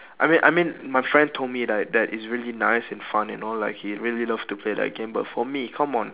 I mean I mean my friend told me like that it's really nice and fun and all like he really love to play that game but for me come on